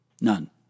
None